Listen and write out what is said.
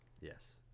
Yes